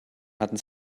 hatten